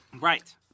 Right